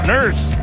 Nurse